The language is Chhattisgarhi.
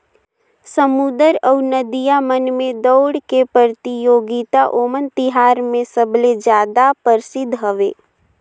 समुद्दर अउ नदिया मन में दउड़ के परतियोगिता ओनम तिहार मे सबले जादा परसिद्ध हवे